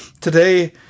today